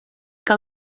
que